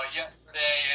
yesterday